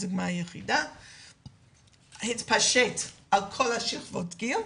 זה התפשט על כל שכבות הגיל,